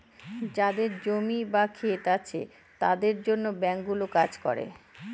যাদের জমি বা ক্ষেত আছে তাদের জন্য ব্যাঙ্কগুলো কাজ করে